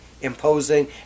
imposing